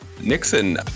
Nixon